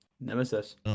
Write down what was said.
Nemesis